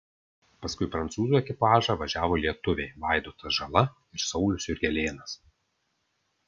paskui prancūzų ekipažą važiavo lietuviai vaidotas žala ir saulius jurgelėnas